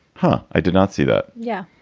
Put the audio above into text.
huh? i did not see that. yeah,